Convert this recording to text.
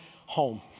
home